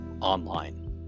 online